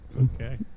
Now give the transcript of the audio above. okay